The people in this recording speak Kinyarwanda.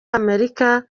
amerika